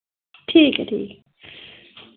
ठीक ऐ ठीक